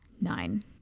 Nine